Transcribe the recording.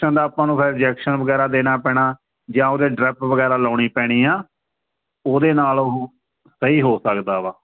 ਆਪਾਂ ਨੂੰ ਫਿਰ ਇੰਜੈਕਸ਼ਨ ਵਗੈਰਾ ਦੇਣਾ ਪੈਣਾ ਜਾਂ ਉਹਦੇ ਡਰਿੱਪ ਵਗੈਰਾ ਲਾਉਣੀ ਪੈਣੀ ਆ ਉਹਦੇ ਨਾਲ ਉਹ ਸਹੀ ਹੋ ਸਕਦਾ ਵਾ